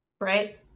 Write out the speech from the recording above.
right